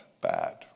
bad